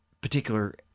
particular